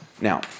Now